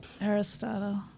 Aristotle